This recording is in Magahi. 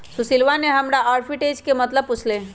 सुशीलवा ने हमरा आर्बिट्रेज के मतलब पूछ लय